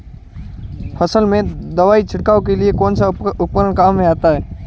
फसल में दवाई छिड़काव के लिए कौनसा उपकरण काम में आता है?